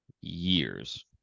years